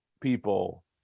people